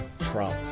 Trump